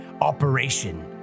operation